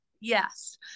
Yes